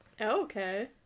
Okay